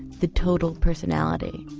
the total personality.